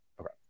Okay